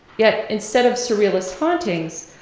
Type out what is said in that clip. yet instead of surrealist hauntings,